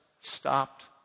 stopped